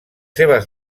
seves